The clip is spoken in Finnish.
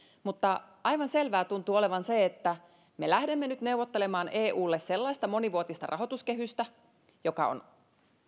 mutta aivan selvää tuntuu olevan se että me lähdemme nyt neuvottelemaan eulle sellaista monivuotista rahoituskehystä joka on